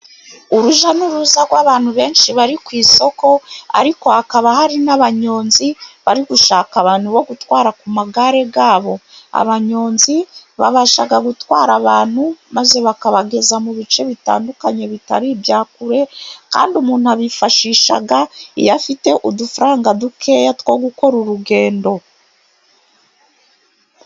Uruja n'uruza rw' abantu benshi bari ku isoko ariko hakaba hari n'abanyonzi, bari gushaka abantu bo gutwara ku magare ubwabo. Abanyonzi babasha gutwara abantu maze bakabageza mu bice bitandukanye bitari ibya kure, kandi umuntu abifashisha iyo afite udufaranga duke, two gukora urugendo.